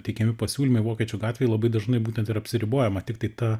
teikiami pasiūlymai vokiečių gatvei labai dažnai būtent ir apsiribojama tiktai ta